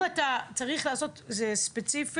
אם אתה צריך לעשות את זה ספציפי,